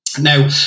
now